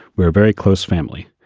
we're very close family.